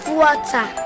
water